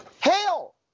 Hell